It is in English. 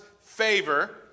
favor